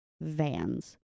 vans